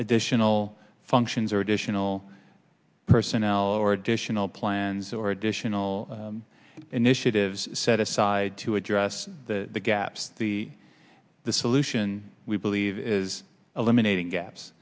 additional functions or additional personnel or additional plans or additional initiatives set aside to address the gaps the the solution we believe is eliminating gaps